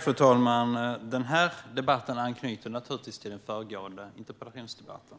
Fru talman! Den här debatten anknyter naturligtvis till den föregående interpellationsdebatten.